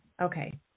Okay